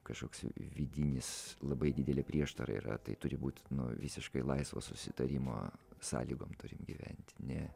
kažkoks vidinis labai didelė prieštara yra tai turi būti nu visiškai laisvo susitarimo sąlygom turim gyventi ne